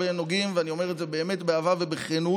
ואני אומר את זה באמת באהבה ובכנות.